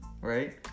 Right